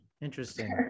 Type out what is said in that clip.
interesting